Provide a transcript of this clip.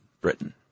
Britain